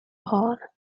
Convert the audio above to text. heart